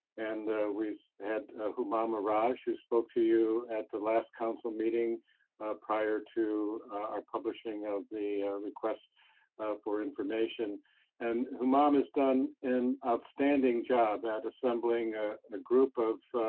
and we had houmam araj, who spoke to you at the last council meeting prior to our publishing of the request for information and houmam has done an outstanding job at assembling a group of